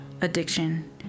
addiction